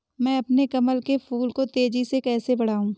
मैं अपने कमल के फूल को तेजी से कैसे बढाऊं?